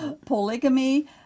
Polygamy